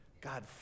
God